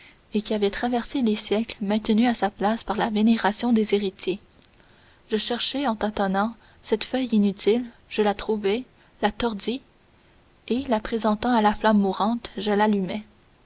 et qui avait traversé les siècles maintenu à sa place par la vénération des héritiers je cherchai en tâtonnant cette feuille inutile je la trouvai je la tordis et la présentant à la flamme mourante je l'allumai